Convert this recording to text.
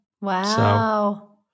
Wow